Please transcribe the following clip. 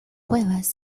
cuevas